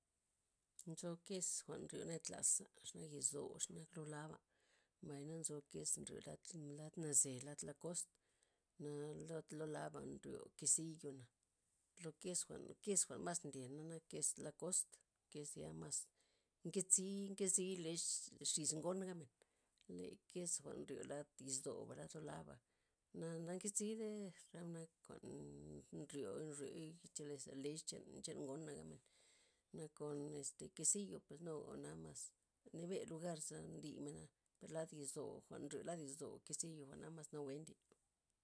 Nzo kes jwa'n nrio ned laza', xenak yesdoba', xenak loo laba', mbay na nzo kes nryo lad- lad naze lad lakost, na lad loo laba' nryo kesiyo', na lo kes kesjwa'n mas ndyena nak kes lakost, kesya' mas nketzi nkezii lex xis ngon gabmen, le kes jwa'n nryo lad yesdoba' lad loo laba' na- nanketzide xamod nak jwa'n nri- nryoi chelesa lexa' chan ngona' gabmen nakon este quesillo per noga jwa'na nebe' lugar za ndimena' lad yesdoo' jwa'n nrio lad yesdoo' quesiyo' jwa'na mas nawe' ndye.